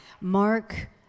Mark